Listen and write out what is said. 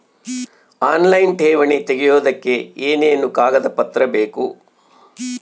Online ಠೇವಣಿ ತೆಗಿಯೋದಕ್ಕೆ ಏನೇನು ಕಾಗದಪತ್ರ ಬೇಕು?